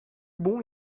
bon